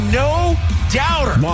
no-doubter